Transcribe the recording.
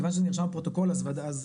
כיוון שזה נרשם בפרוטוקול אז צריך